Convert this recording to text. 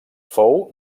fou